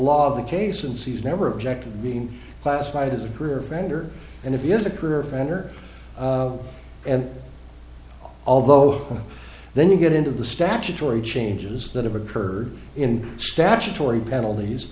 of the case since he's never objected to being classified as a career vendor and if he is a career ender and although then you get into the statutory changes that have occurred in statutory penalties